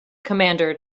commander